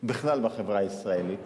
בכלל בחברה הישראלית